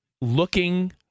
looking